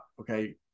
Okay